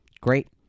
Great